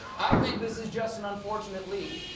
i think this is just an unfortunate leak.